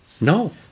No